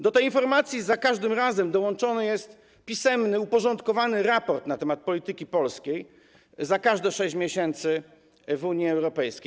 Do tej informacji za każdym razem dołączony jest pisemny uporządkowany raport na temat polityki polskiej za każde 6 miesięcy w Unii Europejskiej.